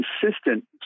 consistent